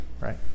right